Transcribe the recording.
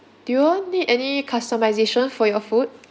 do you all need any customisation for your food